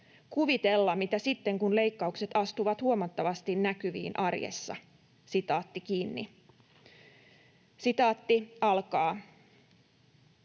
kuvitella, mitä sitten, kun leikkaukset astuvat huomattavasti näkyviin arjessa.” ”Asun tyttäreni